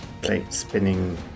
plate-spinning